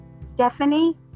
Stephanie